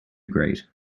great